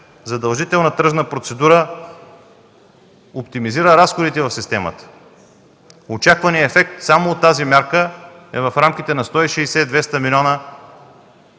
задължителна тръжна процедура, оптимизира разходите в системата. Очакваният ефект само от тази мярка е в рамките на 160-200 млн.